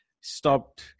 Stopped